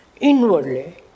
Inwardly